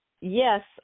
yes